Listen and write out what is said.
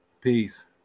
peace